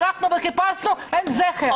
הלכנו וחיפשנו אין זכר.